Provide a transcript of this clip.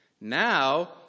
Now